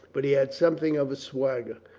but he had something of a swagger.